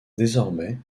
désormais